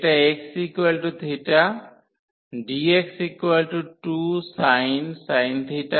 এটা xθ dx2sin cos